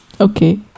Okay